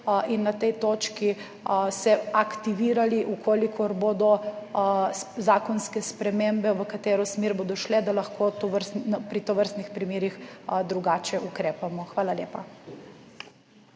se na tej točki aktivirali, če bodo zakonske spremembe, v katero smer bodo šle, da lahko pri tovrstnih primerih drugače ukrepamo. Hvala lepa.